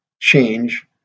change